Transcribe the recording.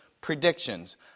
predictions